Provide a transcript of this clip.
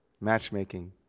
matchmaking